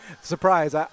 surprise